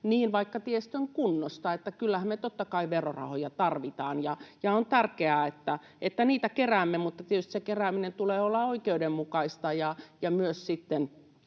vaikka tiestön kunnosta. Eli kyllähän me, totta kai, verorahoja tarvitaan, ja on tärkeää, että niitä keräämme, mutta tietysti sen keräämisen tulee olla oikeudenmukaista, ja myös sitten